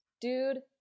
dude